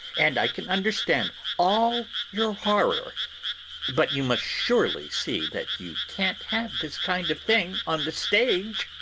and i can understand all your horror but you must surely see that you can't have this kind of thing on the stage.